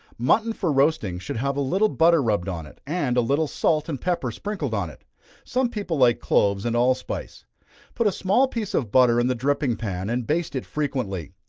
mutton for roasting, should have a little butter rubbed on it, and a little salt and pepper sprinkled on it some people like cloves and allspice. put a small piece of butter in the dripping pan, and baste it frequently.